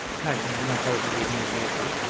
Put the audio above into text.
had there not overridden them all,